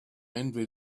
envy